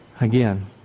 Again